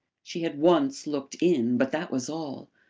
she had once looked in but that was all.